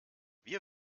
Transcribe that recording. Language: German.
wir